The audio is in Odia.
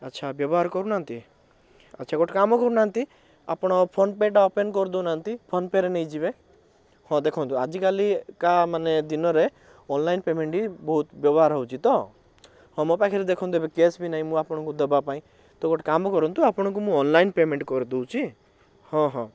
ଆଚ୍ଛା ବ୍ୟବହାର କରୁନାହାଁନ୍ତି ଆଚ୍ଛା ଗୋଟେ କାମ କରୁନାହାଁନ୍ତି ଆପଣ ଫୋନ ପେ'ଟା ଓପେନ୍ କରି ଦେଉନାହାଁନ୍ତି ଫୋନ ପେ'ରେ ନେଇଯିବେ ହଁ ଦେଖନ୍ତୁ ଆଜିକାଲିକା ମାନେ ଦିନରେ ଅନଲାଇନ୍ ପେମେଣ୍ଟ ହିଁ ବହୁତ ବ୍ୟବହାର ହେଉଛି ତ ମୋ ପାଖରେ ଦେଖନ୍ତୁ ଏବେ କ୍ୟାଶ୍ ବି ନାହିଁ ମୁଁ ଆପଣଙ୍କୁ ଦେବା ପାଇଁ ତ ଗୋଟେ କାମ କରନ୍ତୁ ଆପଣଙ୍କୁ ମୁଁ ଅନଲାଇନ୍ ପେମେଣ୍ଟ କରି ଦେଉଛି ହଁ ହଁ